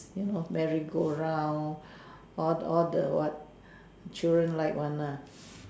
you know merry go round all all the what children like one lah